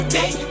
day